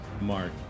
mark